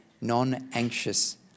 non-anxious